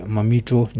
Mamito